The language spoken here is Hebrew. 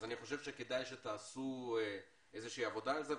אז אני חושב שכדאי שתעשו עבודה על זה.